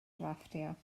drafftio